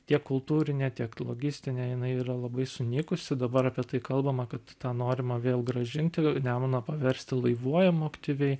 tiek kultūrinė tiek logistinė jinai yra labai sunykusi dabar apie tai kalbama kad tą norima vėl grąžinti nemuną paversti laivuojamu aktyviai